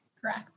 Correct